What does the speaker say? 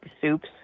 soups